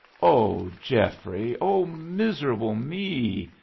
oh, geoffrey oh, miserable me!